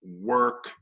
work